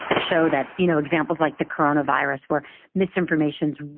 show that, you, know examples like the coronavirus, where misinformation's,